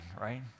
right